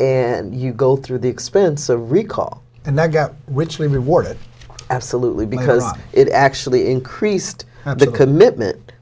and you go through the expense a recall and that got richly rewarded absolutely because it actually increased their commitment